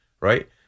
right